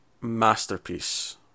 masterpiece